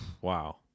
Wow